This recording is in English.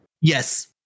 Yes